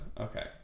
Okay